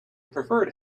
preferred